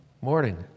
morning